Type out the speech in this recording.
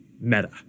meta